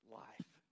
life